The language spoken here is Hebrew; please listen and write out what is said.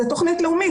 זו תכנית לאומי,